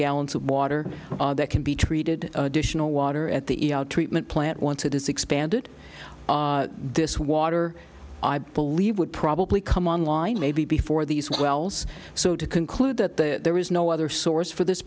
gallons of water that can be treated additional water at the treatment plant want to disbanded this water i believe would probably come on line maybe before these wells so to conclude that there is no other source for this